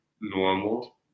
normal